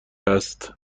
است